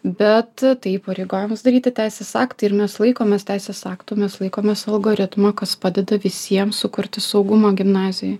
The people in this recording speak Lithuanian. bet tai įpareigoja mus daryti teisės aktai ir mes laikomės teisės aktų mes laikomės algoritmo kas padeda visiems sukurti saugumą gimnazijoj